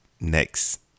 next